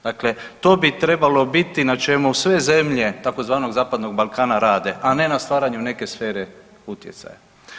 Dakle, to bi trebalo biti na čemu sve zemlje tzv. Zapadnog Balkana rade, a na stvaranju neke sfere utjecaja.